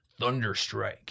Thunderstrike